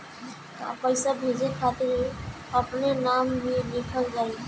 का पैसा भेजे खातिर अपने नाम भी लिकल जाइ?